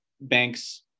bank's